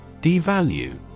Devalue